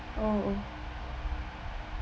oh oo